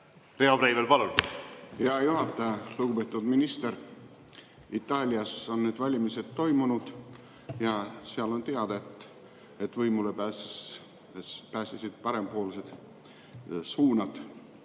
Riho Breivel, palun! Hea juhataja! Lugupeetud minister! Itaalias on nüüd valimised toimunud ja on teada, et võimule pääsesid parempoolsed suunad